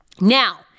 Now